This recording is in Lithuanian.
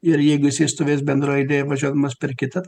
ir jeigu jisai stovės bendroj eilėj važiuodamas per kitą taip